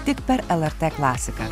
tik per lrt klasiką